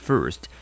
First